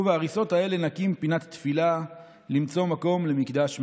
/ ובהריסות האלה / נקים פינת תפילה / למצוא מקום / למקדש מעט.